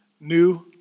new